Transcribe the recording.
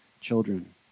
children